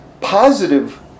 positive